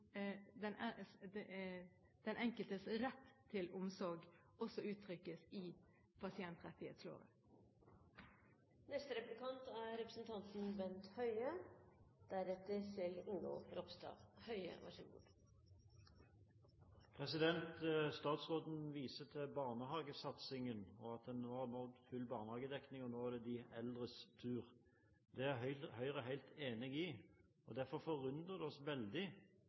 den enkeltes rett til omsorg også uttrykkes i pasientrettighetsloven. Statsråden viser til barnehagesatsingen, at en nå har nådd full barnehagedekning, og at det nå er de eldres tur. Det er Høyre helt enig i. Derfor forundrer det oss veldig